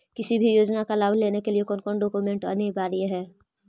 किसी भी योजना का लाभ लेने के लिए कोन कोन डॉक्यूमेंट अनिवार्य है?